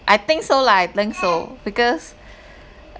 I think so lah I think so because